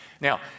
Now